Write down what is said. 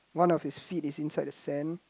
one of his feet is inside the sand